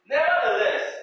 Nevertheless